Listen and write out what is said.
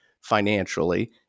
financially